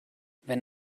wenn